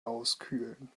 auskühlen